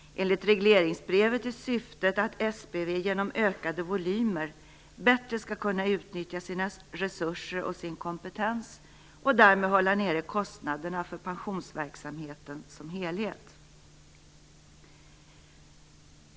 Enligt regleringsbrevet är syftet att SPV genom ökade volymer bättre skall kunna utnyttja sina resurser och sin kompetens och därmed hålla nere kostnaderna för pensionsverksamheten som helhet.